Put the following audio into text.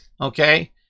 Okay